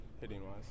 hitting-wise